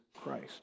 Christ